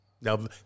Now